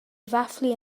ddathlu